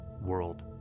world